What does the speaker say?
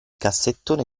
cassettone